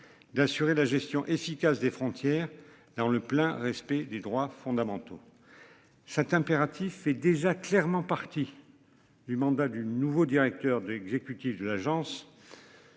d'assurer la gestion efficace des frontières. Alors le plein respect des droits fondamentaux. Cet impératif est déjà clairement partie du mandat du nouveau directeur du exécutive exécutif de l'Agence.